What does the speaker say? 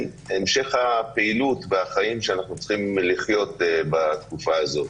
המשך הפעילות והחיים שאנחנו צריכים לחיות בתקופה הזאת.